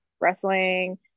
wrestling